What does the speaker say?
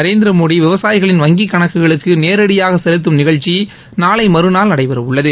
நரேந்திரமோடி விவசாயிகளின் வங்கி கணக்குகளுக்கு நேரடியாக செலுத்தும் நிகழ்ச்சி நாளை மறுநாள் நடைபெற உள்ளது